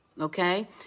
okay